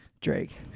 Drake